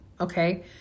okay